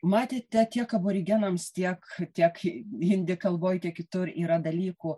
matėte tiek aborigenams tiek tiek hindi kalboj tiek kitur yra dalykų